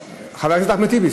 חבר הכנסת אחמד טיבי,